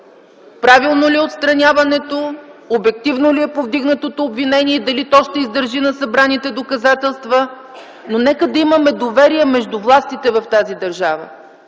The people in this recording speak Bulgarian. правилно ли е отстраняването, обективно ли е повдигнатото обвинение и ще издържи ли на събраните доказателства. Но нека да имаме доверие между властите в тази държава